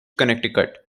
connecticut